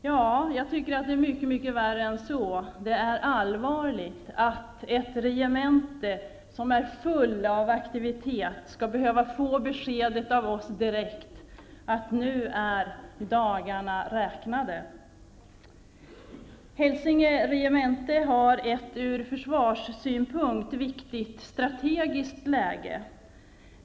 Ja, jag tycker att det är mycket mycket värre än så -- det är allvarligt att ett regemente som är fullt av aktivitet direkt av oss skall behöva få beskedet att dagarna nu är räknade. Hälsinge regemente har ett ur försvarssynpunkt viktigt strategiskt läge.